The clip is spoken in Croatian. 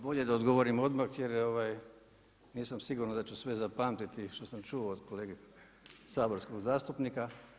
Bolje da odgovorim odmah, jer nisam siguran da ću sve zapamtiti što sam čuo od kolege saborskog zastupnika.